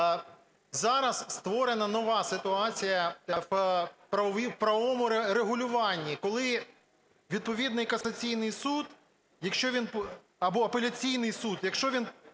Зараз створена нова ситуація в правовому регулюванні, коли відповідний касаційний суд, якщо він… або апеляційний суд, якщо він